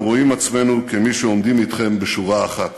רואים עצמנו כמי שעומדים אתכם בשורה אחת.